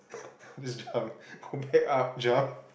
just jump go back up jump